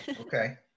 Okay